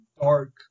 dark